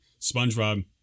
SpongeBob